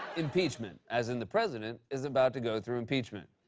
impeachment. as in, the president is about to go through impeachment.